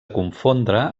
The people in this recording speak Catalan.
confondre